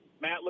Matt